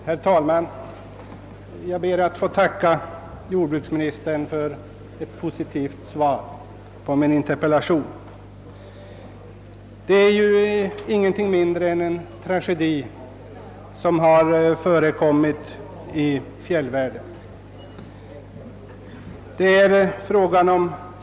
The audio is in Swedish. Herr talman! Jag ber att få tacka jordbruksministern för det positiva svaret på min interpellation. Det är ingenting mindre än en tragedi som har förekommit i fjällvärlden.